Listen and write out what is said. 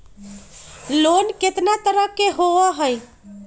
Loan केतना तरह के होअ हई?